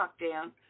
lockdown